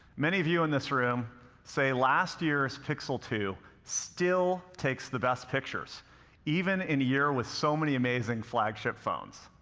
many of you in this room say last year's pixel two still takes the best pictures even in a year with so many amazing flagship phones.